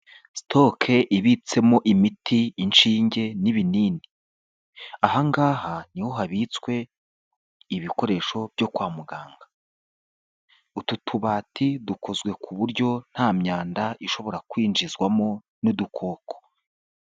Sitoke ibitsemo imiti inshinge n'ibinini, aha ngaha niho habitswe ibikoresho byo kwa muganga, utu tubati dukozwe ku buryo nta myanda ishobora kwinjizwamo n'udukoko.